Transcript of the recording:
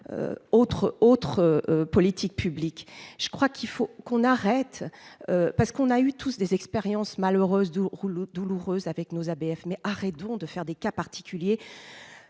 autre politique, je crois qu'il faut qu'on arrête parce qu'on a eu tous des expériences malheureuses du rouleau douloureuse avec nos ABF mais arrêtons de faire des cas particuliers,